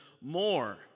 more